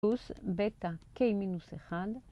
בטא k מינוס 1